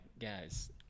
guys